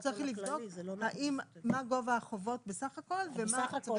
הוא צריך לבדוק מה גובה החובות בסך הכול ומה צווי עיכוב יציאה מהארץ.